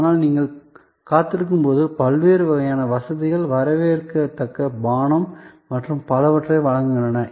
ஆனால் நீங்கள் காத்திருக்கும்போது பல்வேறு வகையான வசதிகள் வரவேற்கத்தக்க பானம் மற்றும் பலவற்றை வழங்குகின்றன